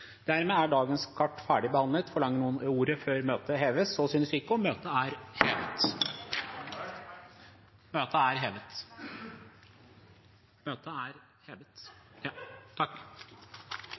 Dermed er dagens kart ferdigbehandlet. Forlanger noen ordet før møtet heves? – Så synes ikke, og møtet er hevet. Representanten Sylvi Listhaug forsøkte her å be om ordet. Møtet er hevet.